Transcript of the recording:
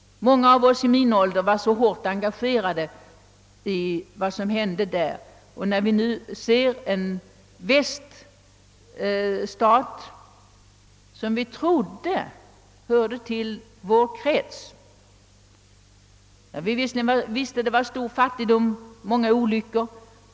Många av oss i min ålder var då så djupt engagerade i vad som inträffade i Spanien att vi blir upprörda, när vi återigen ser att den demokratiska utvecklingen på en dag klipps av i en »väststat», som vi trodde tillhörde vår krets.